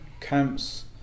camps